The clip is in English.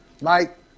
Mike